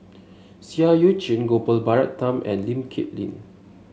Seah Eu Chin Gopal Baratham and Lee Kip Lin